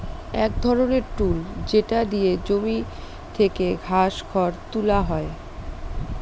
এক ধরনের টুল যেটা দিয়ে জমি থেকে ঘাস, খড় তুলা হয়